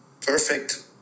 perfect